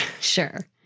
Sure